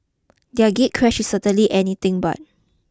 their gatecrash is certainly anything but